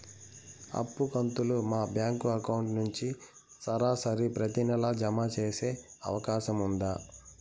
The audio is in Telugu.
అప్పు కంతులు మా బ్యాంకు అకౌంట్ నుంచి సరాసరి ప్రతి నెల జామ సేసే అవకాశం ఉందా?